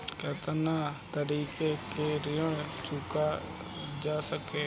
कातना तरीके से ऋण चुका जा सेकला?